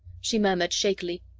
she murmured, shakily.